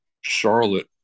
Charlotte